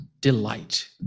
Delight